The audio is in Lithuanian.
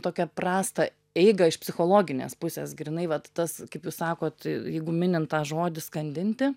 tokią prastą eigą iš psichologinės pusės grynai vat tas kaip jūs sakot jeigu minint tą žodį skandinti